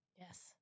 yes